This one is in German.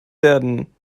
werden